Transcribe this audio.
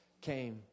came